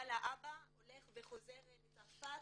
אבל האבא הולך וחוזר לצרפת,